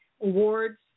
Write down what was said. Awards